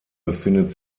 befindet